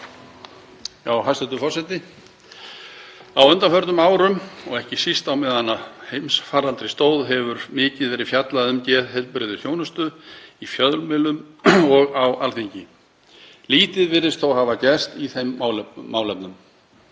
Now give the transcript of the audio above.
Hæstv. forseti. Á undanförnum árum og ekki síst á meðan heimsfaraldri stóð hefur mikið verið fjallað um geðheilbrigðisþjónustu í fjölmiðlum og á Alþingi. Lítið virðist þó hafa gerst í þeim málum.